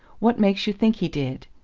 what makes you think he did?